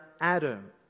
Adam